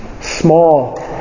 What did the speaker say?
small